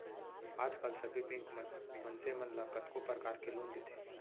आज काल सबे बेंक मन मनसे मन ल कतको परकार के लोन देथे